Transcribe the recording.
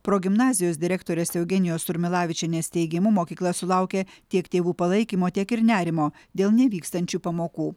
progimnazijos direktorės eugenijos surmilavičienės teigimu mokykla sulaukė tiek tėvų palaikymo tiek ir nerimo dėl nevykstančių pamokų